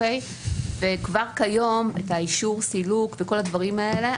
כבר כיום אישור הסילוק וכל הדברים האלה,